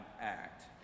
act